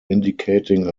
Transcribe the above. indicating